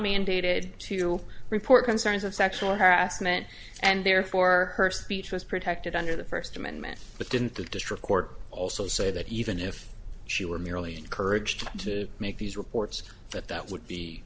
mandated to report concerns of sexual harassment and therefore her speech was protected under the first amendment but didn't the district court also say that even if she were merely encouraged to make these reports that that would be